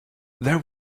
there